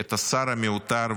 את השר המיותר,